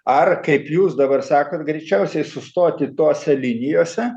ar kaip jūs dabar sakot greičiausiai sustoti tose linijose